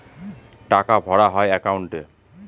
টাকা ভরা হয় একাউন্টে